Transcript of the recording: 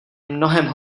mnohem